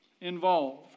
involved